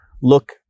look